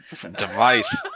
device